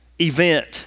event